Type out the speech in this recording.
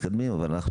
התקדמנו.